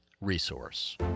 resource